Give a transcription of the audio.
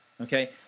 okay